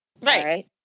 Right